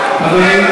בעיה,